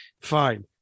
Fine